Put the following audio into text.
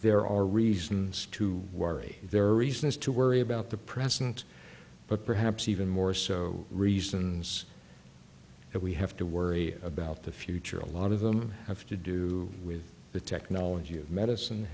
there are reasons to worry there are reasons to worry about the present but perhaps even more so reasons that we have to worry about the future a lot of them have to do with the technology of medicine